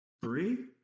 Three